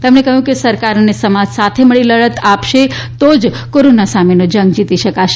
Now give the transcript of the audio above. તેમણે ક્હ્યું કે સરકાર અને સમાજ સાથે મળી લડત આપશે તો જ કોરોના સામે જંગ જીતી શકાશે